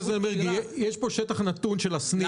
יש שטח נתון של הסניף.